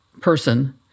person